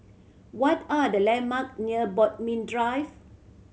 what are the landmark near Bodmin Drive